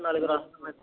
నలుగురం వస్తామండి